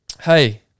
hey